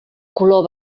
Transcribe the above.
color